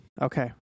Okay